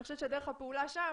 אני חושבת שדרך הפעולה שם